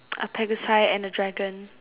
a pegasi and a dragon